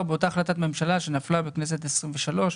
באותה החלטת ממשלה שנפלה בכנסת ה-23,